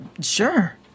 Sure